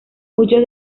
muchos